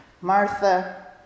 Martha